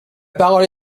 parole